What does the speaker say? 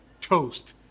toast